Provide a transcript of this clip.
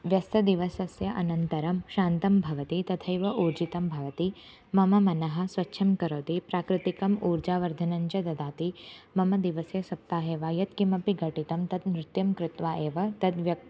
व्यस्तदिवस्य अनन्तरं शान्तं भवति तथैव ऊर्जितं भवति मम मनः स्वच्छं करोति प्राकृतिकम् ऊर्जावर्धनं च ददाति मम दिवसे सप्ताहे वा यत्किमपि घटितं तत् नृत्यं कृत्वा एद् त्यक्तुं